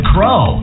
Crow